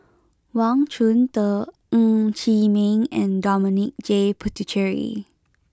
Wang Chunde Ng Chee Meng and Dominic J Puthucheary